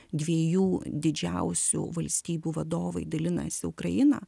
dviejų didžiausių valstybių vadovai dalinasi ukraina